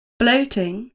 bloating